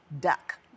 duck